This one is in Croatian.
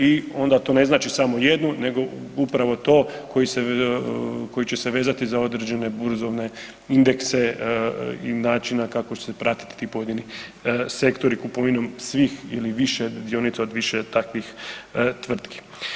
I onda to ne znači samo jednu nego upravo to koji će se vezati za određene burzovne indekse i način kako će se pratiti ti pojedini sektori kupovinom svih ili više, dionica od više takvih tvrtki.